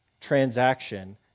transaction